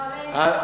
לא עלינו,